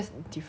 it's like